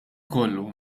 kollu